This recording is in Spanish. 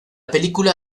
película